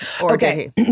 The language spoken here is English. Okay